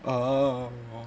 oo